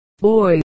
boy